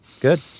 Good